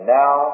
now